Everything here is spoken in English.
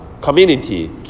community